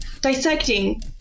dissecting